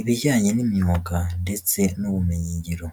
ibijyanye n'imyuga ndetse n'ubumenyingiro.